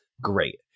great